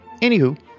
Anywho